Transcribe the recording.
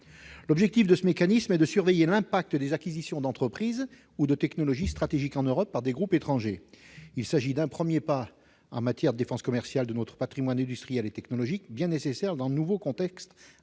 1 avril. Ce mécanisme vise à surveiller l'impact des acquisitions d'entreprises ou de technologies stratégiques en Europe par des groupes étrangers. Il s'agit d'un premier pas en matière de défense commerciale de notre patrimoine industriel et technologique, bien nécessaire dans le nouveau contexte